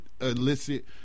illicit